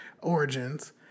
origins